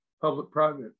public-private